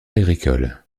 agricole